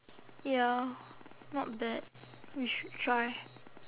ya not bad you should try